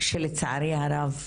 שלצערי הרב,